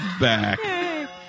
back